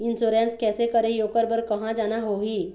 Insurance कैसे करही, ओकर बर कहा जाना होही?